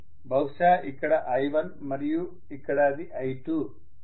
బహుశా ఇక్కడ i1మరియు ఇక్కడ అది i2